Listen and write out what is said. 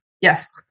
Yes